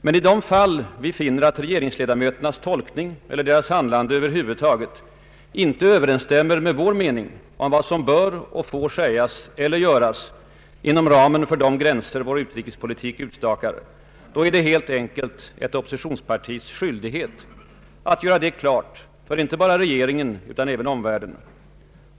Men i de fall vi finner att regeringsledamöternas tolkning eller deras handlande över huvud taget icke överensstämmer med vår mening om vad som bör och får sägas eller göras inom ramen för de gränser vår utrikespolitik utstakar, är det helt enkelt ett oppositionspartis skyldighet att göra detta klart för icke blott regeringen utan även omvärlden.